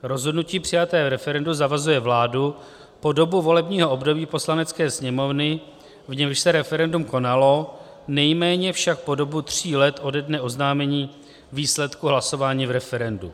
Rozhodnutí přijaté v referendu zavazuje vládu po dobu volebního období Poslanecké sněmovny, v němž se referendum konalo, nejméně však po dobu tří let ode dne oznámení výsledku hlasování v referendu.